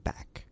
Back